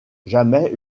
jamais